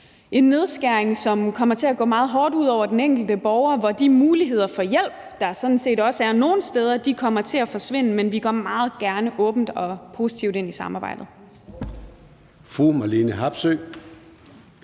en nedskæring, som kommer til at gå meget hårdt ud over den enkelte borger, hvor de muligheder for hjælp, der sådan set også er nogle steder, kommer til at forsvinde. Men vi går meget gerne åbent og positivt ind i samarbejdet.